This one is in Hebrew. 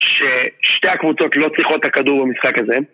ששתי הקבוצות לא צריכות את הכדור במשחק הזה